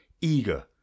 Eager